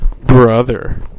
brother